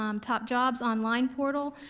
um top jobs online portal,